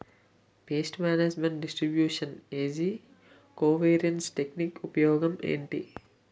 paste management distribution ఏజ్జి covariance technique ఉపయోగం ఏంటి